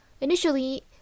Initially